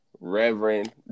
Reverend